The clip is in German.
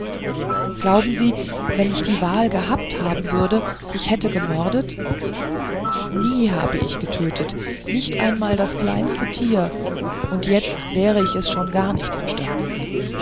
glauben sie wenn ich die wahl gehabt haben würde ich hätte gemordet nie habe ich getötet nicht einmal das kleinste tier und jetzt wäre ich es schon gar nicht imstande